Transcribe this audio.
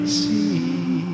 see